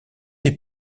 des